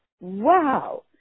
Wow